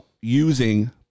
using